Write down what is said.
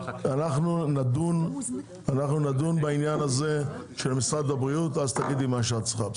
אנחנו נדון בעניין של משרד הבריאות ואז תגידי מה שאת צריכה.